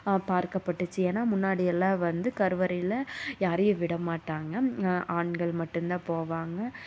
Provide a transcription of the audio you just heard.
பார்க்கப்பட்டுச்சு ஏன்னா முன்னாடி எல்லாம் வந்து கருவறையில் யாரையும் விடமாட்டாங்க ஆண்கள் மட்டுந்தான் போவாங்க